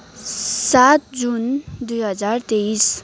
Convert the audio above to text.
सात जुन दुई हजार तेइस